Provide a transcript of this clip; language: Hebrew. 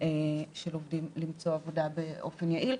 של עובדים למצוא עבודה באופן יעיל.